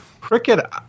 Cricket